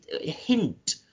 hint